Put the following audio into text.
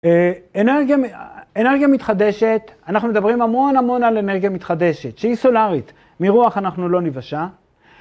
אנרגיה מתחדשת, אנחנו מדברים המון המון על אנרגיה מתחדשת שהיא סולארית, מרוח אנחנו לא נבשה.